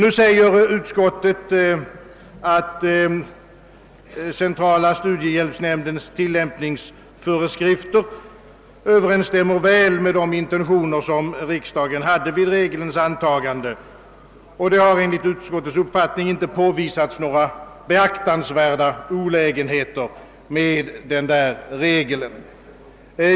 Utskottet framhåller, att centrala studiehjälpsnämndens = tillämpningsföre skrifter väl överensstämmer med de in tentioner riksdagen hade vid regelns antagande och att det enligt utskottets uppfattning inte har påvisats några beaktansvärda olägenheter med denna.